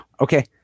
Okay